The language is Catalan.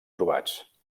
trobats